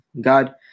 God